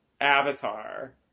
avatar